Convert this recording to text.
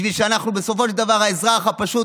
בשביל שבסופו של דבר האזרח הפשוט,